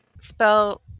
Spell